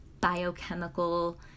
biochemical